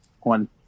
one